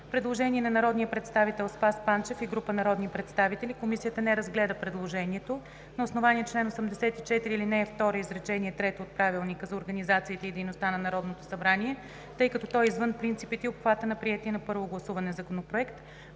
Предложение на народния представител Спас Панчев и група народни представители. Комисията не разгледа предложението на основание чл. 84, ал. 2, изречение трето от Правилника за организацията и дейността на Народното събрание, тъй като то е извън принципите и обхвата на приетия на първо гласуване Законопроект.